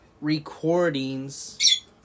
recordings